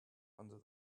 under